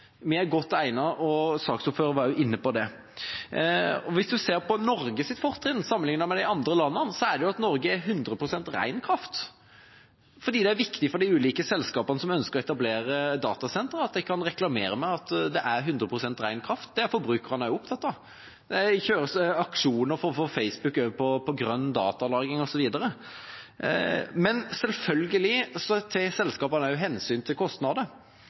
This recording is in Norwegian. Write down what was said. Vi er godt egnet, og saksordføreren var også inne på det. Hvis en ser på Norges fortrinn sammenlignet med andre land, er det at Norge har 100 pst. ren kraft. Det er viktig for de ulike selskapene som ønsker å etablere datasentre, at de kan reklamere med at det er 100 pst. ren kraft – det er forbrukerne opptatt av, de kjører aksjoner for å få Facebook over til grønn datalagring osv. Selvfølgelig tar selskapene også hensyn til kostnader.